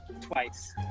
twice